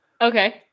Okay